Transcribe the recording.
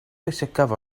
pwysicaf